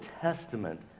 testament